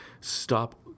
stop